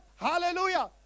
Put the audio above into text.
hallelujah